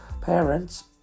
parents